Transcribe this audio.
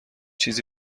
چیزی